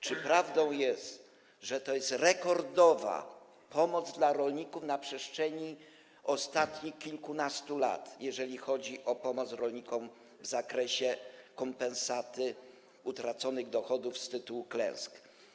Czy prawdą jest, że to jest rekordowa pomoc dla rolników na przestrzeni ostatnich kilkunastu lat, jeżeli chodzi o pomoc rolnikom w zakresie kompensaty utraconych dochodów z tytułu klęsk?